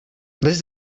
this